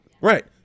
right